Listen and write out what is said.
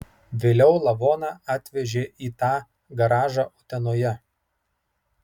vėliau lavoną atvežė į tą garažą utenoje